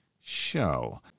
show